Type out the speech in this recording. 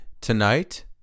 Tonight